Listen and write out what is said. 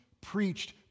preached